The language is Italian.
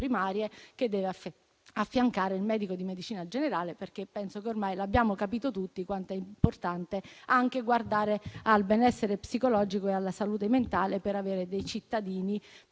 primarie che deve affiancare il medico di medicina generale. Penso che ormai abbiamo capito tutti quanto sia importante anche guardare al benessere psicologico e alla salute mentale per avere dei cittadini